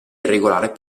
irregolari